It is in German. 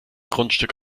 grundstück